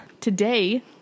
today